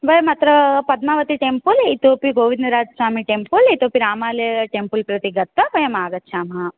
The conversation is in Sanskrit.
वयमत्र पद्मावती टेम्पल् इतोपि गोविन्दराज् स्वामी टेम्पल् इतोपि रामालयटेम्पल् प्रति गत्वा वयम् आगच्छामः